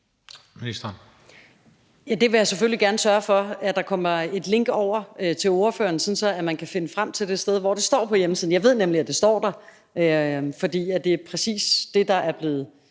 Jeg vil selvfølgelig gerne sørge for, at der kommer et link over til ordføreren, sådan at man kan finde frem til det sted, hvor det står på hjemmesiden. Jeg ved nemlig, at det står der, fordi det præcis er det, der er blevet